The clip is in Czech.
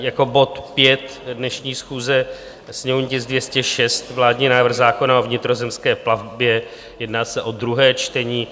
Jako bod 5 dnešní schůze sněmovní tisk 206 vládní návrh zákona o vnitrozemské plavbě, jedná se o druhé čtení.